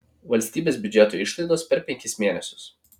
valstybės biudžeto išlaidos per penkis mėnesius